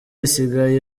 isigaye